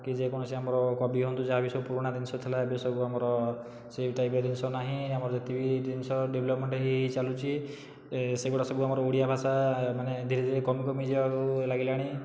କି ଯେକୌଣସି ଆମର କବି ହୁଅନ୍ତୁ ଯାହାବି ପୁରୁଣା ଜିନିଷ ଥିଲା ଏବେ ସବୁ ଆମର ସେ ଟାଇପର ଜିନିଷ ନାହିଁ ଆମର ଯେତିକି ବି ଜିନିଷ ଡେଭଲପମେଣ୍ଟ ହୋଇ ହୋଇ ଚାଲୁଛି ଏ ସେଗୁଡ଼ାକ ସବୁ ଆମର ଓଡ଼ିଆ ଭାଷା ମାନେ ଧୀରେ ଧୀରେ କମି କମି ଯିବାକୁ ଲାଗିଲାଣି